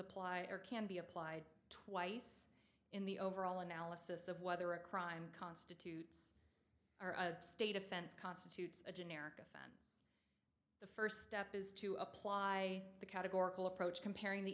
applied or can be applied twice in the overall analysis of whether a crime constitute a state offense constitutes a generic offense the first step is to apply the categorical approach comparing the